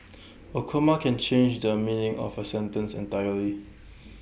A comma can change the meaning of A sentence entirely